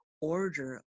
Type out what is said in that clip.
order